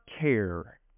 care